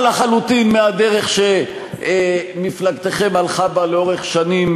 לחלוטין מהדרך שמפלגתכם הלכה בה לאורך שנים,